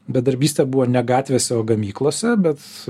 bedarbystė buvo ne gatvėse o gamyklose bet